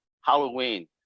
Halloween